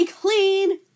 clean